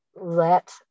let